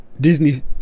Disney